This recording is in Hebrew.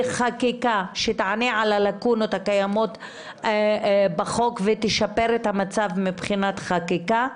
חקיקה שתענה על הלקונות הקיימות בחוק ותשפר את המצב מבחינת חקיקה.